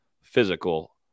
physical